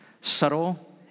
Subtle